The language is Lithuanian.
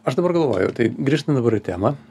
aš dabar galvoju tai grįžtam dabar į temą